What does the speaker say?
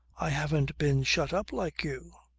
i haven't been shut up like you.